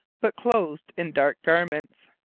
but clothed in dark garments.